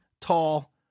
tall